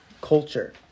culture